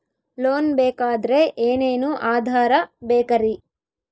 Loan ಬೇಕಾದ್ರೆ ಏನೇನು ಆಧಾರ ಬೇಕರಿ?